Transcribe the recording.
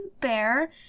bear